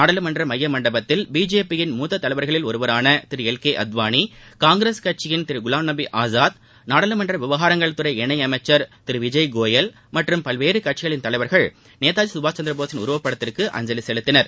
நாடாளுமன்றத்தின் மைய மண்டபத்தில் பிஜேபியின் மூத்த தலைவர்களில் ஒருவரான திரு எல் கே அத்வாளி காங்கிரஸ் கட்சியின் திரு குவாம்நபி ஆசாத் நாடாளுமன்ற விவகாரங்கள் துறை இணையமைச்சர் திரு விஜய்கோயல் மற்றும் பல்வேறு கட்சிகளின் தலைவர்கள் நேதாஜி சுபாஷ்சந்திரபோஸின் உருவப்படத்திற்கு அஞ்சலி செலுத்தினர்